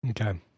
Okay